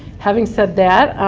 having said that,